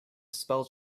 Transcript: spell